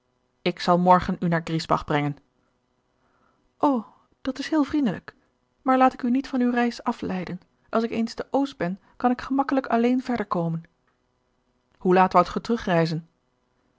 ik zal morgen u naar griesbach brengen o dat is heel vriendelijk maar laat ik u niet van uw reis afleiden als ik eens te oos ben kan ik gemakkelijk alleen verder komen hoe laat woudt ge